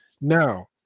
now